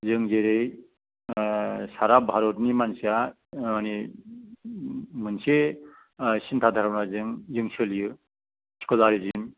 जों जेरै ओह सारा भारतनि मानसिया ओह मानि मोनसे ओह सिन्था धार'नाजों जों सोलियो स्कलारिजिम